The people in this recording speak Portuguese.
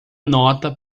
nota